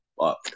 fuck